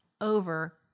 over